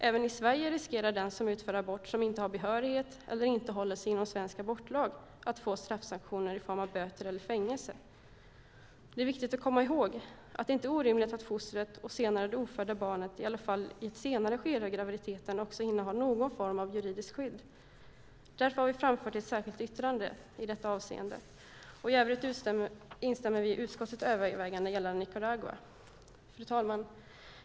Även i Sverige riskerar den som utför en abort och som inte har behörighet eller inte håller sig inom svensk abortlag att få straffsanktioner i form av böter eller fängelse. Det är viktigt att komma ihåg att det inte är orimligt att fostret och senare det ofödda barnet i alla fall i ett senare skede i graviditeten också innehar någon form av juridiskt skydd. Detta har vi framfört i ett särskilt yttrande. I övrigt instämmer vi i utskottets överväganden gällande Nicaragua.